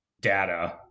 data